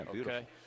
okay